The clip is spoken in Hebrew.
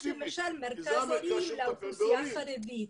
יש למשל מרכז הורים לאוכלוסייה החרדית.